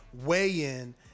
weigh-in